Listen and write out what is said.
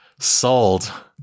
Sold